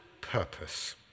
purpose